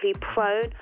prone